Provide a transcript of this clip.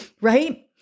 right